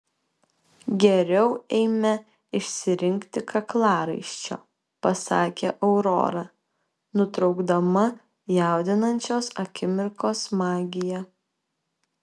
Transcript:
geriau eime išsirinkti kaklaraiščio pasakė aurora nutraukdama jaudinančios akimirkos magiją